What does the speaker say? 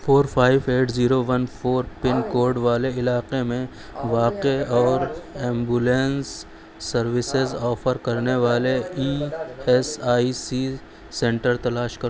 four five eight zero one four pin code والے علاقے میں واقع اور ایمبولینس سروسز آفر کرنے والے E S I C centre تلاش کر